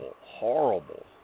horrible